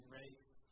race